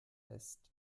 lässt